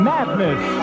Madness